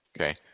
Okay